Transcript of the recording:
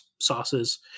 sauces